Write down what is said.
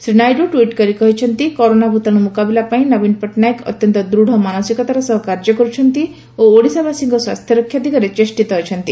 ଶ୍ରୀ ନାୟଡୁ ଟ୍ଟ କରି କହିଛନ୍ତି କରୋନା ଭୂତାଣୁ ମୁକାବିଲା ପାଇଁ ନବୀନ ପଟ୍ଟନାୟକ ଅତ୍ୟନ୍ତ ଦୂଚ ମାନସିକତାର ସହ କାର୍ଯ୍ୟ କର୍ରଛନ୍ତି ଓ ଓଡିଶାବାସୀଙ୍କ ସ୍ୱାସ୍ଥ୍ୟ ରକ୍ଷା ଦିଗରେ ଚେଷ୍ଟିତ ଅଛନ୍ତି